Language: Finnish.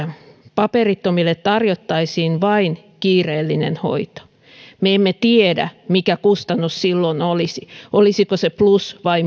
paperittomille tarjottaisiin vain kiireellinen hoito me emme tiedä mikä kustannus silloin olisi olisiko se neljäsataatuhatta plussaa vai